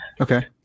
Okay